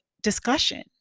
discussion